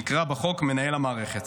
שנקרא בחוק: מנהל מערכת.